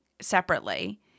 separately